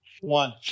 one